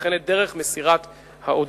וכן את דרך מסירת ההודעה.